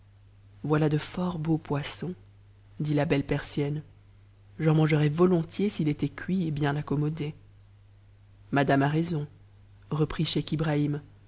voiia de fort beau poisson dit ja belle persienne j'en mangerais volontiers s'il était cuit et lien accommodé madame a raison reprit scheich ibrahim